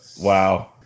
Wow